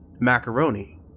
macaroni